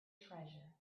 treasure